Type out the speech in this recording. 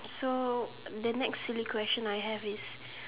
so the next silly question I have is